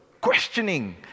questioning